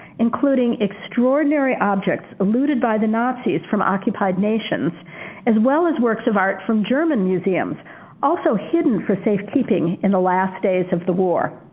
including extraordinary objects looted by the nazis from occupied nations as well as works of arts from german museums hidden for safekeeping in the last days of the war.